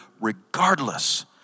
regardless